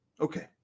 Okay